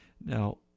Now